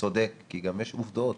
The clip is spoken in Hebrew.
צודק כי גם יש עובדות.